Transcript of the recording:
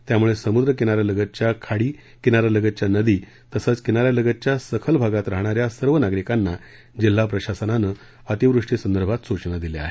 त्यामुळे समुद्र किनाऱ्यालगतच्या खाडी किनाऱ्यालगतच्या नदी तसेच किनाऱ्यालगतच्या सखल भागात राहणाऱ्या सर्व नागरिकांना जिल्हा प्रशासनानं अतिवृष्टी संदर्भात सूचना दिल्या आहेत